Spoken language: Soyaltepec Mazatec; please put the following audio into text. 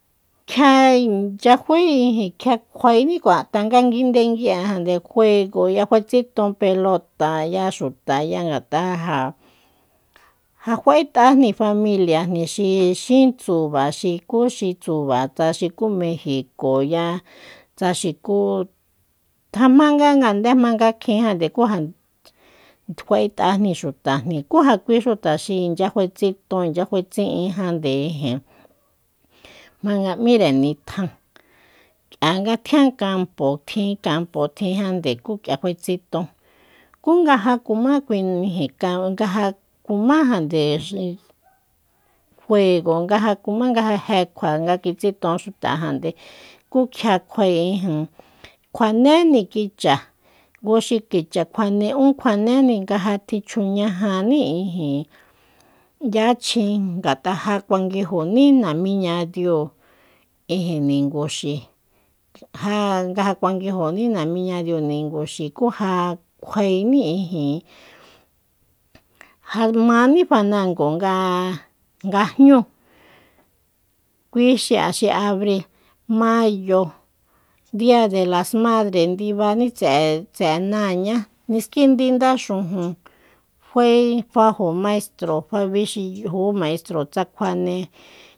Kjia inchya fáe ijin kjia kjuaeni kua tanga nguindengui'ejande juegoya kju'e tsiton pelotaya xutaya ngat'a'a ja fa'et'ajni familiajni xi xín tsuba ku xi tsubasa xukú mejicoya tsa xukú ja jma nga ngande jmanga kjinjande kú ja kjua'et'ajni xutajni ku ja kui xuta xi inchya fa'e tsiton inchya fa'etsi'injande ijin jmanga m'íre nitjan k'ia nga tjian kampo tjin kampo tjinjande kú k'ia fae tsiton kú nga ja kumá kui ijin kam nga ja kumájande xi juego nga ja kumá nga ja jé kjua nga kitsiton xutajande kú kjia kjuae ijin kjuanéni kicha ngu xi kicha kjuane ún kjuanéni nga ja tichjuñajaní ijin yachjin ngat'a'e ja kuanguijoní namiña diu ijin ninguxi ja nga ja kuanguijoní namiña diu ninguxi kú ja kjuení ijin ja mání fanango nga jñúu kuí xi'a xi abril mayo dia de las madres ndibaní tse'e- tse'e náañá niskindí ndaxujun fae fájo maistro fabixíjú maistro tsa kjuane